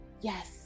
yes